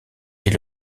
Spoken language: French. est